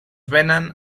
venen